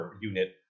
unit